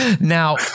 Now